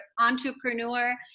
entrepreneur